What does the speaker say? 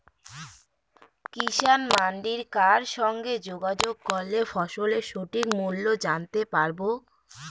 কিষান মান্ডির কার সঙ্গে যোগাযোগ করলে ফসলের সঠিক মূল্য জানতে পারবো?